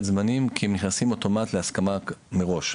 זמנים כי הם נכנסים אוטומט להסכמה מראש.